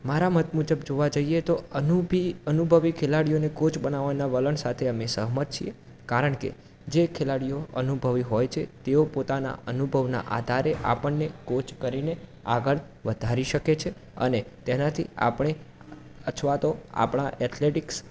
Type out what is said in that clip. મારા મત મુજબ જોવા જોઈએ તો અનુભી અનુભવી ખેલાડીઓને કોચ બનાવવાના વલણ સાથે અમે સહમત છીએ કારણ કે જે ખેલાડીઓ અનુભવી હોય છે તેઓ પોતાના અનુભવના આધારે આપણને કોચ કરીને આગળ વધારી શકે છે અને તેનાથી આપણે અથવા તો આપણા એથ્લેટિક્સ